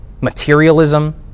materialism